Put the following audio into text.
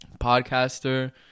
podcaster